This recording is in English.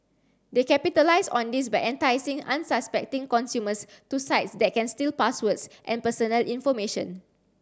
they capitalise on this by enticing unsuspecting consumers to sites that can steal passwords and personal information